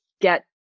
get